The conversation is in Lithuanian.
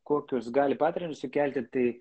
kokius gali padarinius sukelti tai